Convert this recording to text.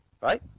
right